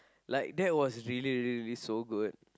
like that was really really really so good